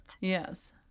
Yes